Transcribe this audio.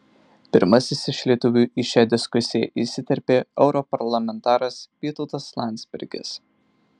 pirmasis iš lietuvių į šią diskusiją įsiterpė europarlamentaras vytautas landsbergis